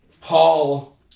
Paul